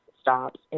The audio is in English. stops